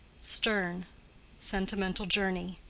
sterne sentimental journey.